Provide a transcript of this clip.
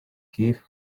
give